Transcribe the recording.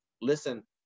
listen